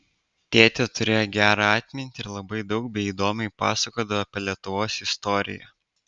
tėtė turėjo gerą atmintį ir labai daug bei įdomiai pasakodavo apie lietuvos istoriją